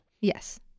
Yes